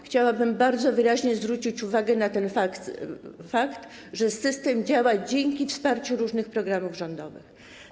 Chciałabym bardzo wyraźnie zwrócić uwagę na ten fakt, że system działa dzięki wsparciu różnych programów rządowych.